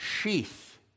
sheath